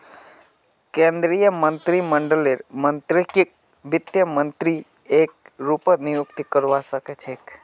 केन्द्रीय मन्त्रीमंडललेर मन्त्रीकक वित्त मन्त्री एके रूपत नियुक्त करवा सके छै